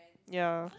ya